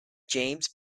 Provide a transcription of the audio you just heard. james